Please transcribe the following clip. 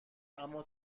اما